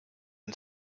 and